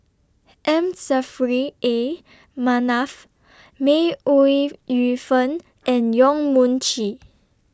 M Saffri A Manaf May Ooi Yu Fen and Yong Mun Chee